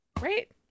right